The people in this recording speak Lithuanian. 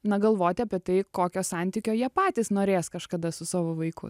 na galvoti apie tai kokio santykio jie patys norės kažkada su savo vaiku